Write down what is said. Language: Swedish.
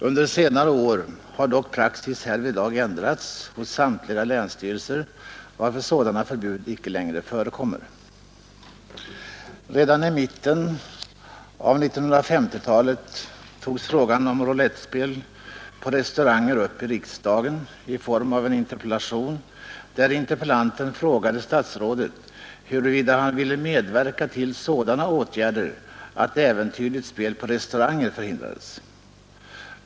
Under senare år har dock praxis härvidlag ändrats hos samtliga länsstyrelser, varför sådana förbud icke längre förekommer. Redan i mitten av 1950-talet togs frågan om roulettspel på restauranger upp i riksdagen i form av en interpellation, där interpellanten frågade statsrådet huruvida han ville medverka till sådana åtgärder, att äventyrligt spel på restauranger förhindrades.